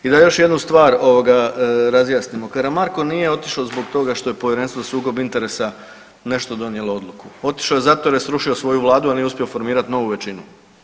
I da još jednu stvar razjasnimo, Karamarko nije otišao zbog toga što je Povjerenstvo za sukob interesa nešto donijelo odluku, otišao je zato jer je srušio svoju Vladu, a nije uspio formirati novu većinu.